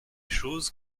choses